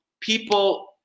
people